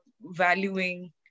valuing